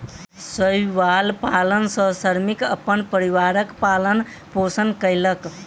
शैवाल पालन सॅ श्रमिक अपन परिवारक पालन पोषण कयलक